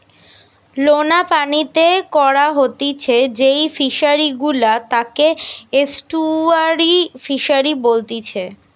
লোনা পানিতে করা হতিছে যেই ফিশারি গুলা তাকে এস্টুয়ারই ফিসারী বলেতিচ্ছে